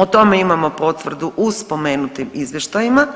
O tome imamo potvrdu u spomenutim izvještajima,